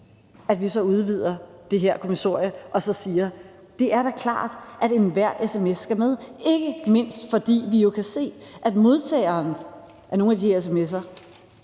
at vi så udvider det her kommissorie og så siger: Det er da klart, at enhver sms skal med, ikke mindst fordi vi jo kan se, at modtagerne af nogle af de her sms'er